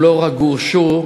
הם לא רק גורשו,